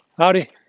Howdy